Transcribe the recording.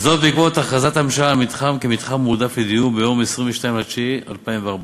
בעקבות הכרזת הממשלה על המתחם כמתחם מועדף לדיור ביום 22 בספטמבר 2014,